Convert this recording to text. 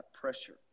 pressure